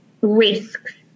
risks